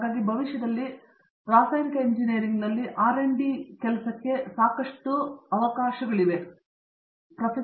ಹಾಗಾಗಿ ಭವಿಷ್ಯದಲ್ಲಿ ರಾಸಾಯನಿಕ ಇಂಜಿನಿಯರಿಂಗ್ನಲ್ಲಿ R ಮತ್ತು D ಪಾತ್ರಕ್ಕೆ ಸಾಕಷ್ಟು ವ್ಯಾಪ್ತಿ ಇರುತ್ತದೆ